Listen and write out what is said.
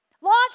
Launch